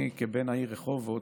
כבן העיר רחובות,